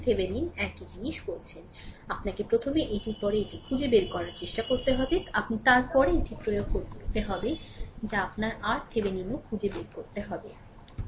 সুতরাং আপনাকে প্রথমে এটির পরে এটি খুঁজে বের করার চেষ্টা করতে হবে আপনি তার পরে এটি প্রয়োগ করতে হবে যা আপনার RThevenin ও খুঁজে বের করতে হবে